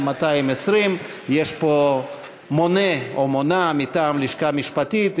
220. יש פה מונה או מונה מטעם הלשכה המשפטית,